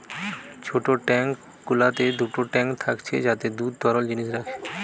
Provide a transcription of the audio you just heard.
ছোট ট্যাঙ্ক গুলোতে দুটো ট্যাঙ্ক থাকছে যাতে দুধ তরল জিনিস রাখে